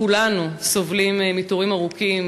כולנו סובלים מתורים ארוכים,